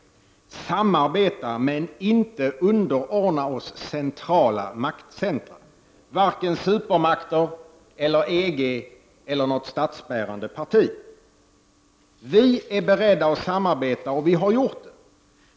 Vi måste samarbeta, men inte underordna oss centrala maktcentra såsom supermakter, EG eller något statsbärande parti. I miljöpartiet är vi beredda att samarbeta, och vi har gjort det.